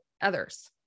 others